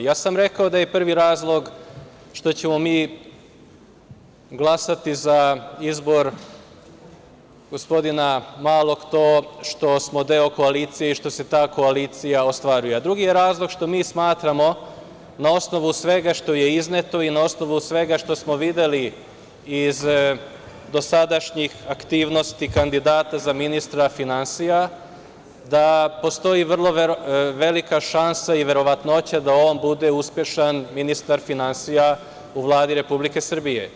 Rekao sam da je prvi razlog što ćemo mi glasati za izbor gospodina Malog to što smo deo koalicije i što se ta koalicija ostvaruje, a drugi je razlog što mi smatramo, na osnovu svega što je izneto i na osnovu svega što smo videli iz dosadašnjih aktivnosti kandidata za ministra finansija, da postoji velika šansa i verovatnoća da on bude uspešan ministar finansija u Vladi Republike Srbije.